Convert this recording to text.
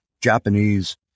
Japanese